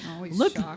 look